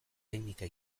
teknika